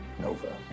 Nova